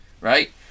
right